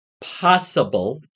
possible